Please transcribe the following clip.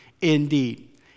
indeed